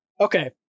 okay